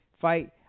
fight